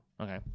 Okay